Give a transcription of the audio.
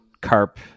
carp